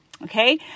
Okay